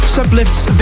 Sublifts